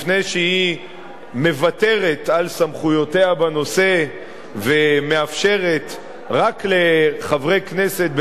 לפני שהיא מוותרת על סמכויותיה בנושא ומאפשרת רק לחברי כנסת,